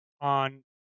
on